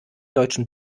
deutschen